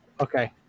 Okay